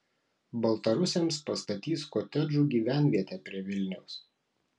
baltarusiams pastatys kotedžų gyvenvietę prie vilniaus